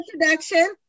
Introduction